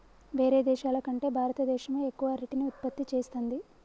వేరే దేశాల కంటే భారత దేశమే ఎక్కువ అరటిని ఉత్పత్తి చేస్తంది